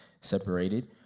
separated